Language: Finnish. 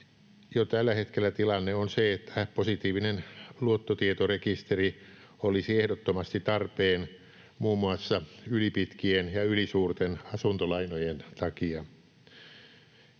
Jo tällä hetkellä tilanne on se, että positiivinen luottotietorekisteri olisi ehdottomasti tarpeen muun muassa ylipitkien ja ylisuurten asuntolainojen takia.